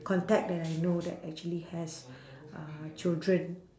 contact that I know that actually has uh children